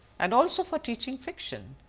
and also for teaching fiction,